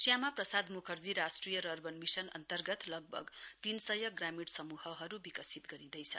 श्यामा प्रसाद् म्खर्जी राष्ट्रिय rurban mission अन्तर्गत लगभग तीन सय ग्रामीण समूहहरू विकसित गरिँदैछ